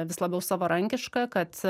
vis labiau savarankiška kad